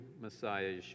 Messiah